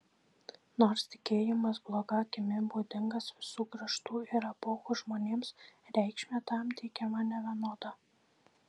nors tikėjimas bloga akimi būdingas visų kraštų ir epochų žmonėms reikšmė tam teikiama nevienoda